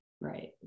Right